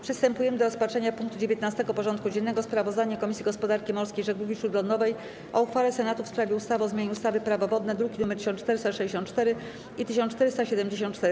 Przystępujemy do rozpatrzenia punktu 19. porządku dziennego: Sprawozdanie Komisji Gospodarki Morskiej i Żeglugi Śródlądowej o uchwale Senatu w sprawie ustawy o zmianie ustawy - Prawo wodne (druki nr 1464 i 1474)